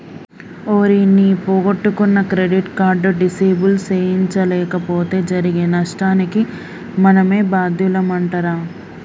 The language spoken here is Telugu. ఓరి నీ పొగొట్టుకున్న క్రెడిట్ కార్డు డిసేబుల్ సేయించలేపోతే జరిగే నష్టానికి మనమే బాద్యులమంటరా